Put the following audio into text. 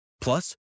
Plus